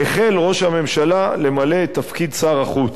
החל ראש הממשלה למלא את תפקיד שר החוץ,